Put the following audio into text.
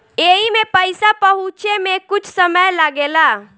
एईमे पईसा पहुचे मे कुछ समय लागेला